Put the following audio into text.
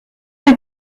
est